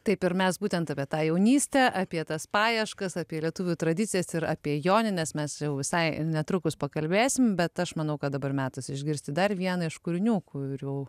taip ir mes būtent apie tą jaunystę apie tas paieškas apie lietuvių tradicijas ir apie jonines mes jau visai netrukus pakalbėsim bet aš manau kad dabar metas išgirsti dar vieną iš kūrinių kurių